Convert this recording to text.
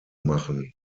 machen